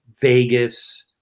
Vegas